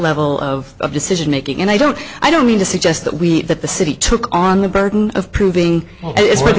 level of decision making and i don't i don't mean to suggest that we that the city took on the burden of proving it were the